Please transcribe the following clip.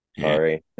Sorry